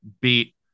beat